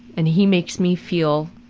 and he makes me feel